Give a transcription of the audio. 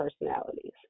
personalities